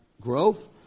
growth